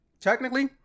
technically